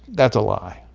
that's a lie.